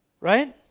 Right